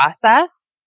process